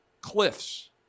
cliffs